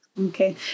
Okay